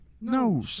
No